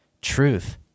truth